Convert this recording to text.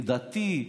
דתי,